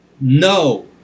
No